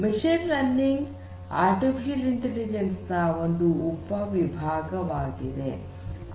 machine learning artificial intelligence ನ ಒಂದು ಉಪವಿಭಾಗವಾಗಿದೆ